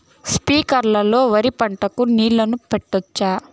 స్ప్రింక్లర్లు లో వరి పంటకు నీళ్ళని పెట్టొచ్చా?